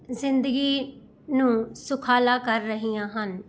ਜ਼ਿੰਦਗੀ ਨੂੰ ਸੁਖਾਲਾ ਕਰ ਰਹੀਆਂ ਹਨ